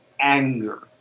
anger